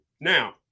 Now